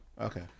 Okay